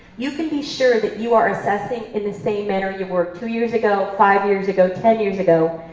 you can be sure that you are assessing in the same manner you were two years ago, five years ago, ten years ago,